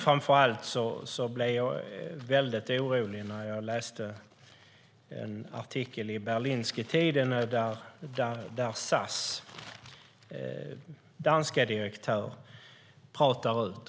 Framför allt blev jag orolig när jag läste en artikel i Berlingske Tidende, där SAS danska direktör talar ut.